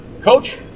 coach